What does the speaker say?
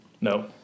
No